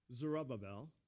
Zerubbabel